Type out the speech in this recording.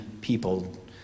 people